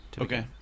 Okay